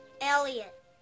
Elliot